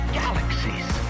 galaxies